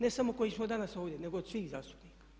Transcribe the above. Ne samo koji smo danas ovdje nego od svih zastupnika.